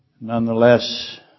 Nonetheless